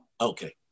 Okay